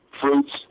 fruits